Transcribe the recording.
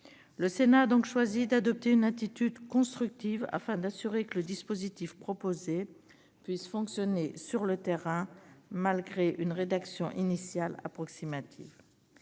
Le Sénat a donc choisi d'adopter une attitude constructive afin que le dispositif proposé puisse fonctionner sur le terrain, malgré une rédaction initiale approximative.